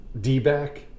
D-back